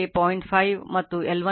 05 0